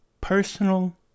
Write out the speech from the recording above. personal